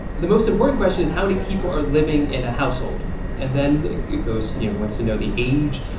the most important question is how many people are living in a household. and then it goes to, you know, wants to know the age,